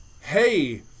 hey